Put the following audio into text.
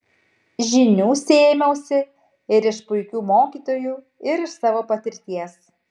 žinių sėmiausi ir iš puikių mokytojų ir iš savo patirties